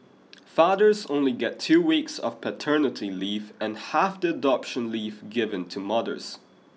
fathers only get two weeks of paternity leave and half the adoption leave given to mothers